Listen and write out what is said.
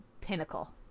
pinnacle